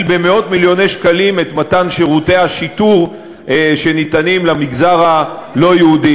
במאות-מיליוני שקלים את שירותי השיטור שניתנים למגזר הלא-יהודי.